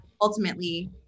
ultimately